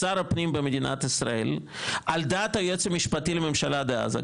שר הפנים במדינת ישראל על דעת היועץ המשפטי לממשלה דאז,